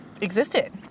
existed